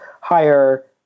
higher